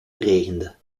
regende